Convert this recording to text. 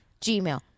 gmail